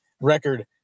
record